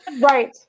Right